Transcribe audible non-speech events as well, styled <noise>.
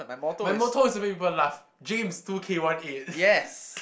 my motto is to make people laugh James two K one eight <laughs>